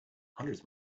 hundreds